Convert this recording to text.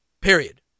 Period